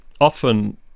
often